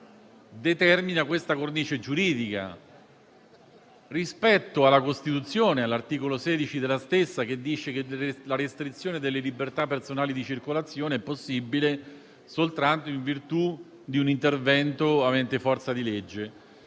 determina la cornice giuridica rispetto alla Costituzione e al suo articolo 16, che dice che la restrizione delle libertà personali di circolazione è possibile soltanto in virtù di un intervento avente forza di legge.